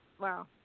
Wow